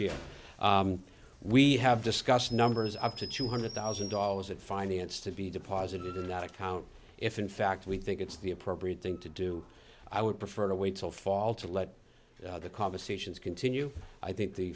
year we have discussed numbers up to two hundred thousand dollars at finance to be deposited in that account if in fact we think it's the appropriate thing to do i would prefer to wait till fall to let the conversations continue i think the